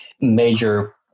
major